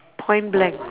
point blank